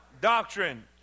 doctrine